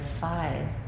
five